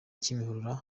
kimihurura